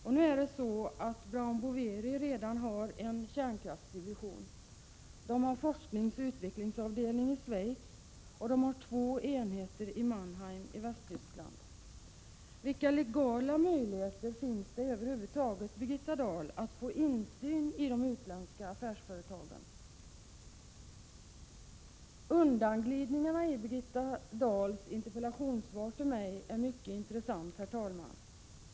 Brown Boveri har redan en kärnkraftsdivision med en forskningsoch utvecklingsavdelning i Schweiz och två enheter i Mannheim i Västtyskland. Vilka legala möjligheter finns det över huvud taget, Birgitta Dahl, att få insyn i de utländska företagen? Undanglidningarna i Birgitta Dahls interpellationssvar till mig är mycket intressanta, herr talman.